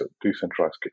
decentralized